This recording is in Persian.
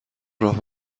راه